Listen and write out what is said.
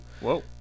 Whoa